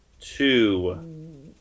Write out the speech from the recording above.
two